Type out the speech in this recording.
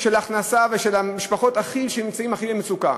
של ההכנסה, שהכי נמצאות במצוקה.